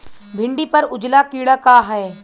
भिंडी पर उजला कीड़ा का है?